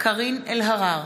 קארין אלהרר,